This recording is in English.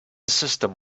system